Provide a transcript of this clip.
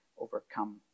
overcome